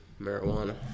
marijuana